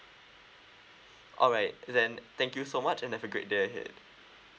alright then thank you so much and have a great day ahead